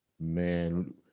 Man